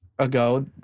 Ago